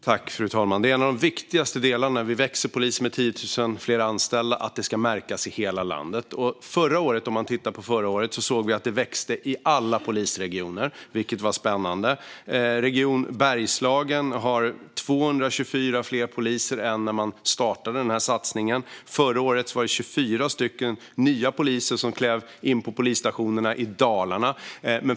Fru talman! Detta är en av de viktigaste delarna. Polisen växer med 10 000 fler anställda, och detta ska märkas i hela landet. Förra året såg vi att det växte i alla polisregioner, vilket var spännande. Region Bergslagen har 224 fler poliser nu än när satsningen startade. Förra året klev 24 nya poliser in på polisstationerna i Dalarna.